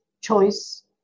choice